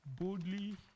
Boldly